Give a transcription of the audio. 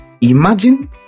imagine